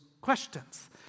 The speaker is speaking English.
questions